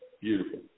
Beautiful